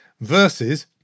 versus